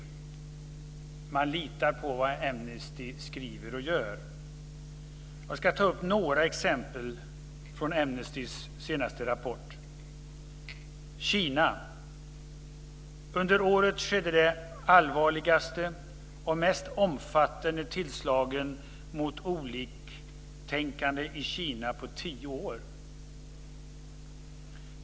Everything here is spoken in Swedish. Man litar på vad Amnesty skriver och gör. Jag ska ta upp några exempel från Amnestys senaste rapport. I fråga om Kina skriver Amnesty att det under året skedde de allvarligaste och mest omfattande tillslagen mot oliktänkande i Kina på tio år.